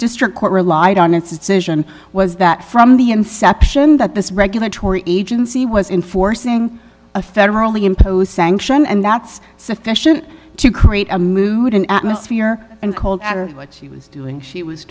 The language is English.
district court relied on incision was that from the inception that this regulatory agency was in forcing a federally imposed sanction and that's sufficient to create a mood an atmosphere and called what she was doing she was